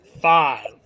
Five